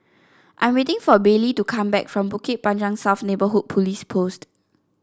I'm waiting for Baylie to come back from Bukit Panjang South Neighbourhood Police Post